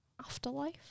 afterlife